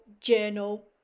Journal